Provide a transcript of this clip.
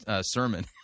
sermon